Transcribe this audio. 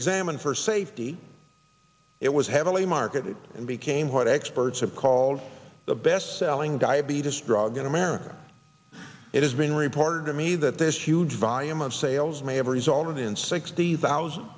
examined for safety it was heavily marketed and became what experts have called the best selling diabetes drug in america it is being reported to me that this huge volume of sales may have resulted in sixty thousand